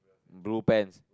blue pants